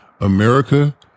America